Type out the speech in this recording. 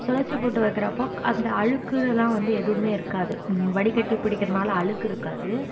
துளசி போட்டு வைக்கிறப்போ அந்த அழுக்கு இதெலாம் எதுவுமே இருக்காது வடிகட்டி பிடிக்கிறதுனால் அழுக்கு இருக்காது